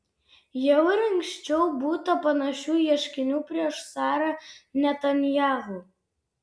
jau ir anksčiau būta panašių ieškinių prieš sara netanyahu